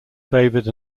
favored